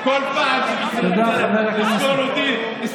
כל פעם שתרצה לזכור אותי, תודה, חבר הכנסת.